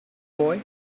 boy